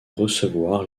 recevoir